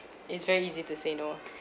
it's very easy to say no ah